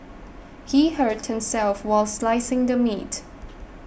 he hurt himself while slicing the meat